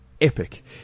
epic